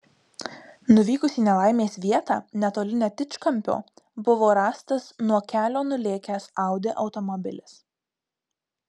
nuvykus į nelaimės vietą netoli netičkampio buvo rastas nuo kelio nulėkęs audi automobilis